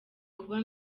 kuba